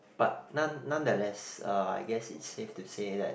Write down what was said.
but none~ nonetheless uh I guess it's safe to say that